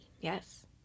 Yes